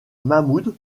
mahmoud